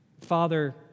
Father